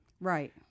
Right